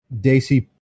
Daisy